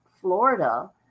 Florida